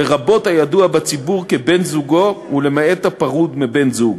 לרבות הידוע בציבור כבן-זוגו ולמעט הפרוד מבן-זוג.